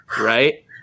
right